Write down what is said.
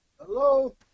hello